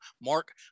Mark